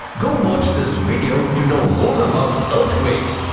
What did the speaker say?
go watch this video to know more about earthquakes.